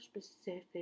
specific